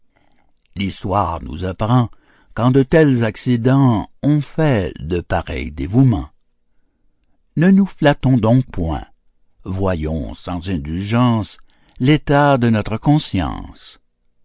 l'histoire nous apprend qu'en de tels accidents on fait de pareils dévouements ne nous flattons donc point voyons sans indulgence l'état de notre conscience